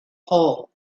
hole